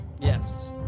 Yes